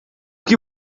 que